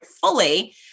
fully